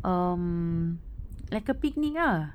um like a picnic lah